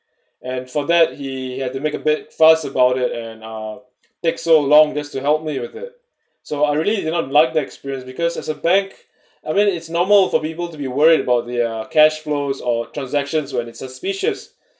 and for that he had to make a big fuss about it and uh take so long just to help me with it so I really did not like the experience because as a bank I mean it's normal for people to be worried about the uh cash flows or transactions when it suspicious